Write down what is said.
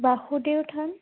Basudev থান